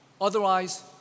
Otherwise